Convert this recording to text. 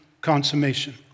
consummation